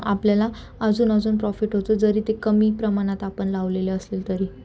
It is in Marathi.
आपल्याला अजून अजून प्रॉफिट होतो जरी ते कमी प्रमाणात आपण लावलेले असेल तरी